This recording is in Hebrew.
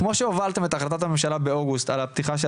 כמו שהובלתם את החלטת הממשלה באוגוסט על הפתיחה של